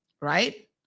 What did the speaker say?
right